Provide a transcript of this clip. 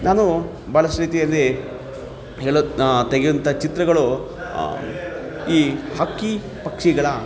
ನಾನು ಬಹಳಷ್ಟು ರೀತಿಯಲ್ಲಿ ಹೇಳೋ ತೆಗೆಯೋಂಥ ಚಿತ್ರಗಳು ಈ ಹಕ್ಕಿ ಪಕ್ಷಿಗಳ